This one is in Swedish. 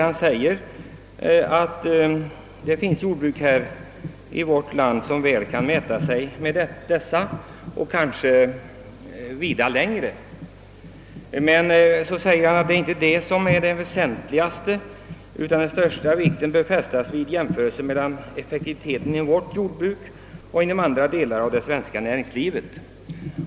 Han uttalar att det finns jordbruk i vårt land, som väl kan mäta sig med jordbruk i jämförliga länder, och kanske även jordbruk vilka har nått vida längre. Men, säger han, det är inte detta som är det väsentligaste, utan den största vikten bör fästas vid en jämförelse med effektiviteten i vårt jordbruk och med andra delar av det svenska näringslivet.